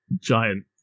giant